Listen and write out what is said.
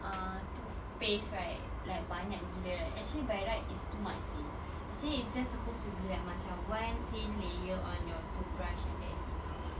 uh toothpaste right like banyak gila right actually by right it's too much seh actually it's just supposed to be like macam one thin layer on your toothbrush and that is enough